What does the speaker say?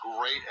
great